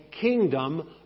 kingdom